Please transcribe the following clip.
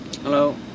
Hello